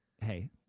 Hey